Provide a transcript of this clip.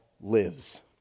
lives